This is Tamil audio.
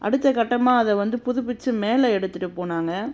அடுத்த கட்டமாக அதை வந்து புதுப்பித்து மேலே எடுத்துகிட்டுப் போனாங்க